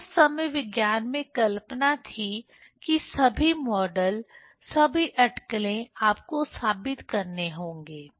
तो उस समय विज्ञान में कल्पना थी कि सभी मॉडल सभी अटकलें आपको साबित करने होंगे